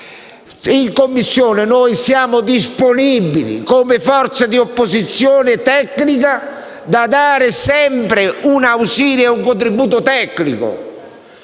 In Commissione siamo disponibili come forza d'opposizione tecnica a dare sempre un ausilio e un contributo.